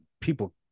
people